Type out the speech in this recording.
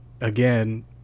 again